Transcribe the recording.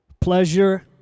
pleasure